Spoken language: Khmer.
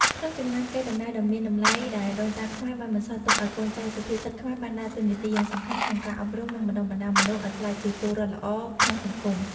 ក្នុងចំណោមកេរ្តិ៍ដំណែលដ៏មានតម្លៃដែលដូនតាខ្មែរបានបន្សល់ទុកឱ្យកូនចៅ សុភាសិតខ្មែរបានដើរតួនាទីយ៉ាងសំខាន់ក្នុងការអប់រំ និងបណ្ដុះបណ្ដាលមនុស្សឱ្យក្លាយជាពលរដ្ឋល្អក្នុងសង្គម។